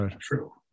true